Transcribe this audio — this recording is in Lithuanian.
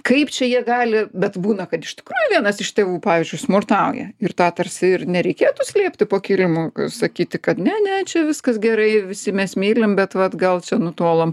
kaip čia jie gali bet būna kad iš tikrųjų vienas iš tėvų pavyzdžiui smurtauja ir tarsi ir nereikėtų slėpti po kilimu sakyti kad ne ne čia viskas gerai visi mes mylim bet vat gal čia nutolom